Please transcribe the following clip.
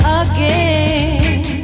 again